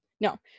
No